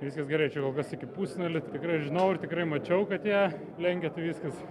viskas gerai čia kol kas tik pusfinalis tikrai žinau ir tikrai mačiau kad jie lenkia tai viskas